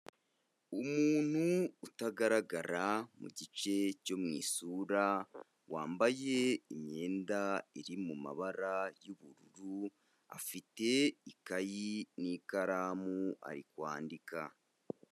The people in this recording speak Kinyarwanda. Umuntu utagaragara mu gice cyo mu isura, wambaye imyenda iri mu mabara y'ubururu, afite ikayi n'ikaramu ari kwandika.